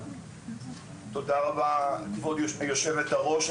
תודה רבה כבוד יושבת הראש.